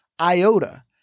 iota